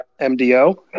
MDO